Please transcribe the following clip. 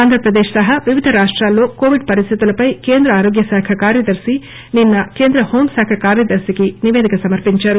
ఆంధ్రప్రదేశ్ సహా వివిధ రాష్టాలలో కోవిడ్ పరిస్టితులపై కేంద్ర ఆరోగ్య శాఖ కార్యదర్పి నిన్న కేంద్ర హోం శాఖ కార్యదర్పికి నిపేదిక సమర్పించారు